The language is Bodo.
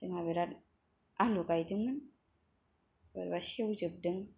जोंहा बेराद आलु गायदोंमोन बोरैबा सेवजोबदों